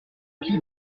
qui